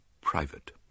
private